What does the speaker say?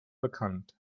bekannt